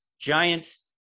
Giants